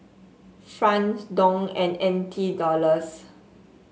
franc Dong and N T Dollars